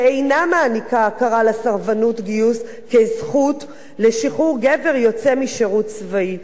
שאינה מעניקה הכרה לסרבנות גיוס כזכות לשחרור גבר משירות צבאי.